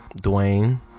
Dwayne